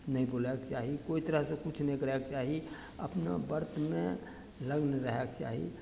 नहि बोलऽके चाही कोइ तरहसँ किछु नहि करऽके चाही अपना व्रतमे लग्न रहयके चाही